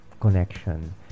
connection